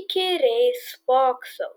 įkyriai spoksau